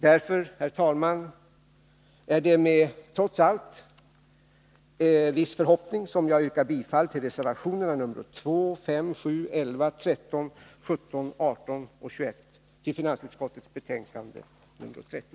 Därför, herr talman, är det trots allt med viss förhoppning som jag yrkar bifall till reservationerna 2, 5, 7, 11, 13, 17, 18 och 21 vid finansutskottets betänkande nr 30.